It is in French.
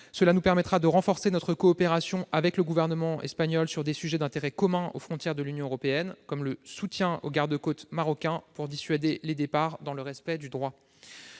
Cela nous permettra de renforcer notre coopération avec le Gouvernement espagnol sur des sujets d'intérêt commun aux frontières de l'Union européenne, comme le soutien aux garde-côtes marocains pour dissuader les départs dans le respect du droit.